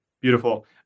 Beautiful